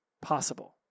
possible